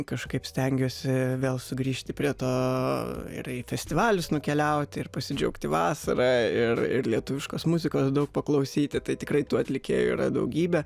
kažkaip stengiuosi vėl sugrįžti prie to ir į festivalius nukeliauti ir pasidžiaugti vasara ir ir lietuviškos muzikos daug paklausyti tai tikrai tų atlikėjų yra daugybė